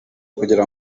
kugira